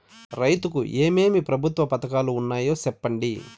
రైతుకు ఏమేమి ప్రభుత్వ పథకాలు ఉన్నాయో సెప్పండి?